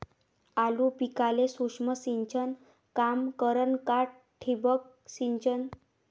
आलू पिकाले सूक्ष्म सिंचन काम करन का ठिबक सिंचन?